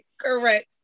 correct